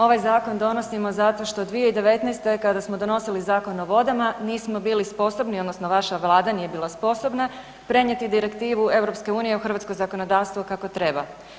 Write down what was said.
Ovaj zakon donosimo zato što 2019. kada smo donosili Zakon o vodama nismo bili sposobni, odnosno vaša Vlada nije bila sposobna prenijeti direktivu EU u hrvatsko zakonodavstvo kako treba.